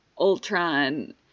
Ultron